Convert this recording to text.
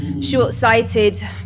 short-sighted